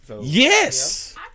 yes